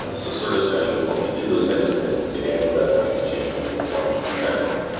ah so service mesh would help you do those types of things, again, without having to change all the clients in the network.